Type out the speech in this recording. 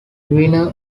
winner